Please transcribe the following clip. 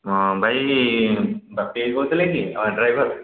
ହଁ ଭାଇ ବାପି ଭାଇ କହୁଥିଲେ କି ଡ୍ରାଇଭର